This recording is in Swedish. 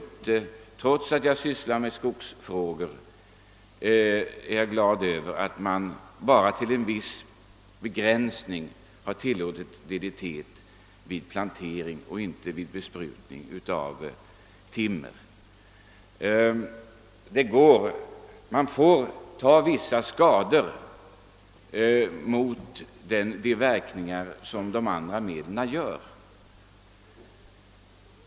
Trots att jag sysslar med skogsfrågor, är jag glad över att man bara i begränsad utsträckning tillåter DDT vid plantering och inte alls vid besprutning av timmer; vi får ta vissa skador på timret för att undvika skadeverkningar av bekämpningsmedlen.